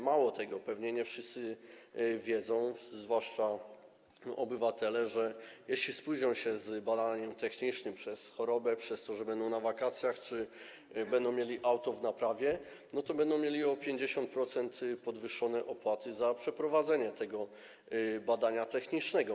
Mało tego, pewnie nie wszyscy wiedzą, zwłaszcza chodzi tu o obywateli, że jeśli spóźnią się z badaniem technicznym przez chorobę, przez to, że będą na wakacjach, czy przez to, że będą mieli auto w naprawie, to będą mieli o 50% podwyższone opłaty za przeprowadzenie badania technicznego.